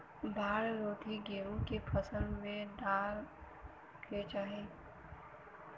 बाढ़ रोधी गेहूँ के फसल में का डाले के चाही?